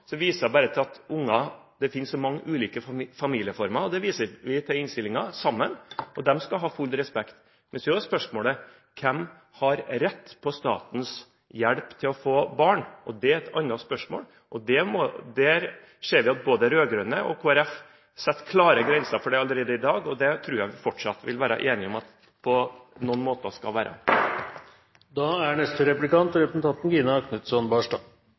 viser jeg bare til at det finnes mange ulike familieformer – og det viser vi til i innstillingen, sammen – og de skal ha full respekt. Men så er spørsmålet: Hvem har rett på statens hjelp til å få barn? Det er et annet spørsmål. Der ser vi at både de rød-grønne og Kristelig Folkeparti setter klare grenser for det allerede i dag, og det tror jeg vi fortsatt vil være enige om at det på noen områder skal være. Jeg vil spørre om noe av det samme som representanten